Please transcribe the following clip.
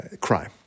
crime